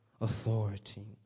authority